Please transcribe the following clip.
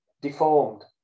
deformed